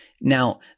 Now